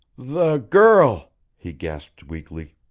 the girl he gasped weakly.